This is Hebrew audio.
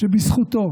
שבזכותו